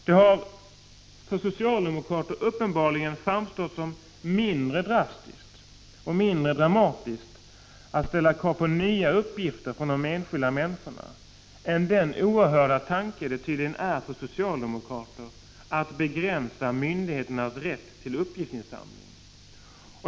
Det har för socialdemokrater uppenbarligen framstått som mindre drastiskt och mindre dramatiskt att ställa krav på nya uppgifter från de enskilda människorna än att förverkliga den för socialdemokraterna tydligen så oerhörda tanken att begränsa myndigheternas rätt till uppgiftsinsamling.